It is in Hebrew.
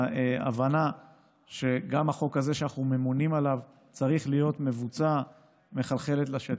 ההבנה שגם החוק הזה שאנחנו ממונים עליו צריך להיות מבוצע מחלחלת לשטח.